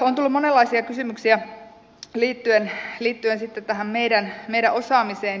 on tullut monenlaisia kysymyksiä liittyen tähän meidän osaamiseemme